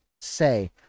say